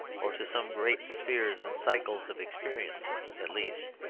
or to some great spheres and cycles of experience at least.